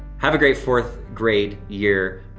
have a great fourth grade year.